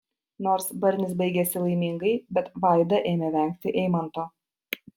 nors barnis baigėsi laimingai bet vaida ėmė vengti eimanto